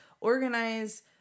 Organize